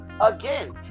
again